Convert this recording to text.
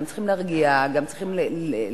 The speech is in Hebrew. גם צריכים להרגיע, גם צריכים לעזור,